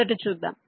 మొదట చూద్దాం